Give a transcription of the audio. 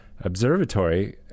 observatory